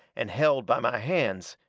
and held by my hands,